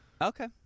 Okay